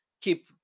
keep